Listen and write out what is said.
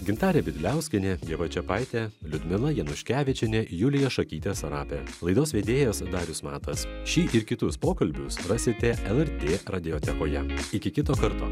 gintarė gadliauskienė ieva čiapaitė liudmila januškevičienė julija šakytė sarapė laidos vedėjas darius matas šį ir kitus pokalbius rasite lrt radiotekoje iki kito karto